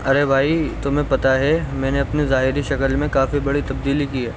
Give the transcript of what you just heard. ارے بھائی تمہیں پتہ ہے میں نے اپنے ظاہری شکل میں کافی بڑی تبدیلی کی ہے